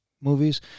movies